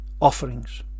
offerings